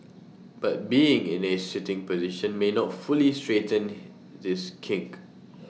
but being in A sitting position may not fully straighten this kink